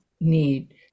need